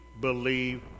believe